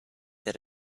that